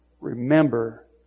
remember